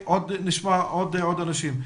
לפני כן נשמע עוד אנשים.